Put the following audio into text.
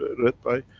read by,